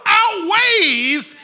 outweighs